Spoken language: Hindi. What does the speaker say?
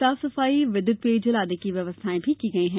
साफ सफाई विद्युत पेयजल आदि की व्यवस्थाएं भी की गई है